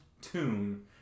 tune